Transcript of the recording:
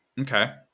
Okay